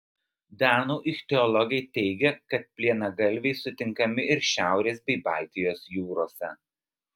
danų ichtiologai teigia kad plienagalviai sutinkami ir šiaurės bei baltijos jūrose